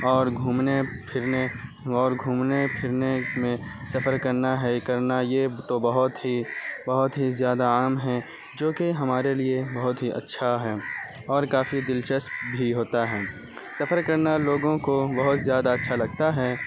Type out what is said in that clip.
اور گھومنے پھرنے اور گھومنے پھرنے میں سفر کرنا ہے کرنا یہ تو بہت ہی بہت ہی زیادہ عام ہیں جوکہ ہمارے لیے بہت ہی اچھا ہیں اور کافی دلچسپ بھی ہوتا ہے سفر کرنا لوگوں کو بہت زیادہ اچھا لگتا ہے